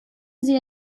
sie